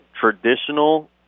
traditional